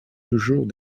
toujours